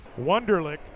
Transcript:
Wunderlich